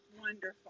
Wonderful